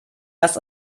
erst